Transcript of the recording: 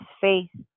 faith